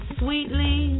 sweetly